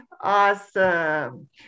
Awesome